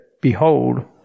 Behold